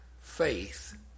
faith